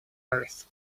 earth